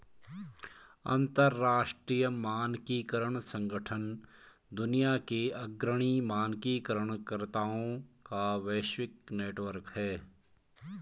अंतर्राष्ट्रीय मानकीकरण संगठन दुनिया के अग्रणी मानकीकरण कर्ताओं का वैश्विक नेटवर्क है